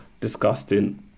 Disgusting